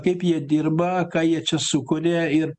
kaip jie dirba ką jie čia sukuria ir